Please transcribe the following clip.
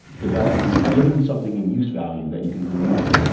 developing, giving something in use value that you can believe in,